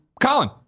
Colin